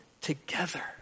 together